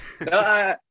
No